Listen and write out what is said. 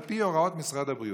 על פי הוראות משרד הבריאות.